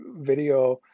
video